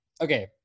Okay